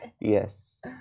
Yes